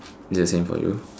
is the same for you